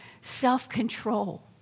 self-control